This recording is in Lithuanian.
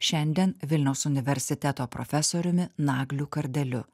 šiandien vilniaus universiteto profesoriumi nagliu kardeliu